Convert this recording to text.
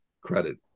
credit